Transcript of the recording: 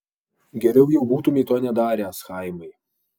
geriau jau būtumei to nedaręs chaimai